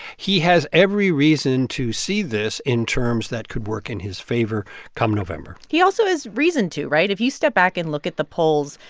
he has every reason to see this in terms that could work in his favor come november he also has reason to, right? if you step back and look at the polls,